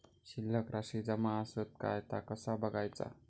शिल्लक राशी जमा आसत काय ता कसा बगायचा?